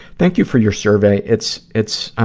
thank you for your survey it's, it's, um,